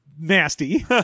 nasty